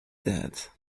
that